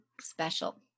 special